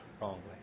wrongly